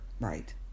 Right